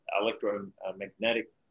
electromagnetic